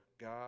God